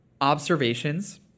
observations